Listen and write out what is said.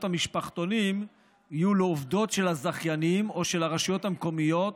המשפחתונים יהיו לעובדות של הזכיינים או של הרשויות המקומיות,